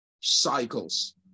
cycles